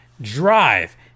drive